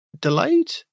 delayed